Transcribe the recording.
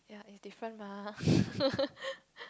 it's different mah